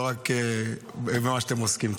ולא רק במה שאתם עוסקים בו.